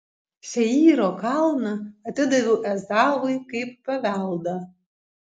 seyro kalną atidaviau ezavui kaip paveldą